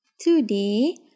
Today